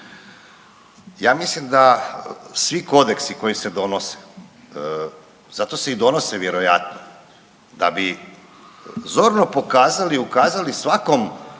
Ja mislim da svi kodeksi koji se donose zato se i donose vjerojatno da bi zorno pokazali i ukazali svakom